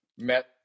met